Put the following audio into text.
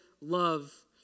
love